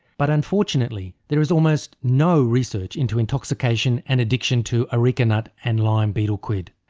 but unfortunately there is almost no research into intoxication and addiction to areca nut and lime betel quid.